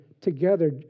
together